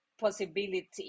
possibility